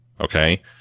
Okay